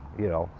you know,